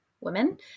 women